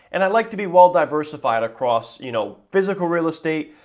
and i like to be well diversified across you know physical real estate,